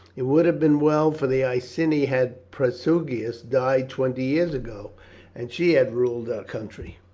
it would have been well for the iceni had prasutagus died twenty years ago and she had ruled our country.